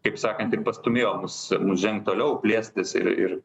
kaip sakant ir pastūmėjo mus žengt toliau plėstis ir ir